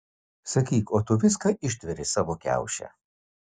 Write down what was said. sakyk o tu viską ištveri savo kiauše